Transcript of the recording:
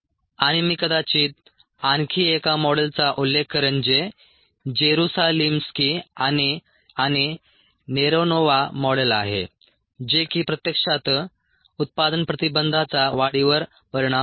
आणि मी कदाचित आणखी एका मॉडेलचा उल्लेख करेन जे जेरुसालिम्स्की आणि नेरोनोवा मॉडेल आहे जे की प्रत्यक्षात उत्पादन प्रतिबंधाचा वाढीवर परिणाम देते